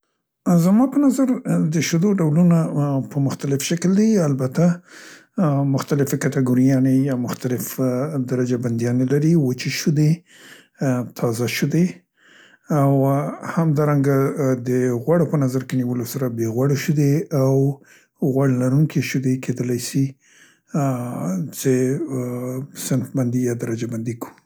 زما په نظر د شیدو ډولونه په مختلف شکل دي البته مختلفې کتګوریانې یا مختلف درجه بندیانې لري وچې شودې، تازه شودې او همدارنګه د غوړو په نظر کې نیولو سره بې غوړو شودې او غوړ لرونکې شودې کیدلی سي څې اوو صنف بندي یا درجه بندي کو.